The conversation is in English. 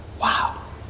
Wow